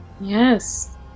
Yes